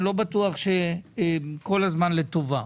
אני לא בטוח שכל הזמן לטובה.